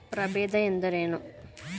ಪ್ರಭೇದ ಎಂದರೇನು?